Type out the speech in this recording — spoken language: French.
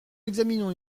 examinons